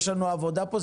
יש לנו עבודה פה.